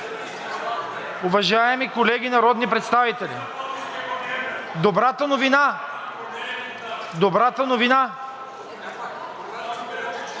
Уважаеми колеги народни представители, добрата новина е в това,